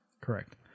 Correct